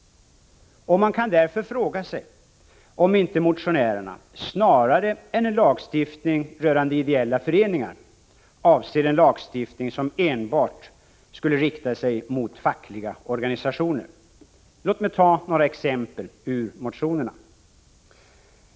Man kan därför fråga sig om inte motionärerna avser en lagstiftning som enbart riktar sig mot fackliga organisationer snarare än en lagstiftning rörande ideella föreningar. Låt mig ta några exempel ur motionerna.